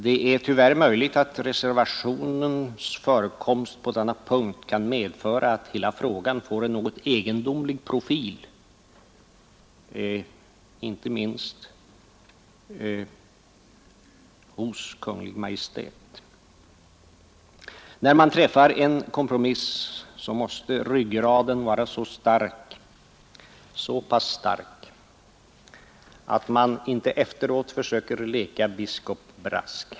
Det är tyvärr möjligt att reservationens förekomst på denna punkt kan medföra att hela frågan får en något egendomlig profil, inte minst hos Kungl. Maj:t. När man träffar en kompromiss måste ryggraden vara så pass stark att man inte efteråt försöker leka biskop Brask.